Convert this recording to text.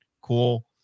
cool